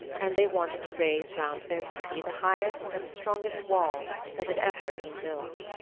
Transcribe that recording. and they wanted to raise round their city the highest and strongest wall that had ever been built.